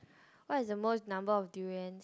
what is the most number of durian